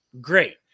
Great